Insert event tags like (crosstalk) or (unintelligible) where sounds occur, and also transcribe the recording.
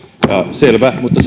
selvä mutta (unintelligible)